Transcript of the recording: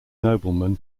nobleman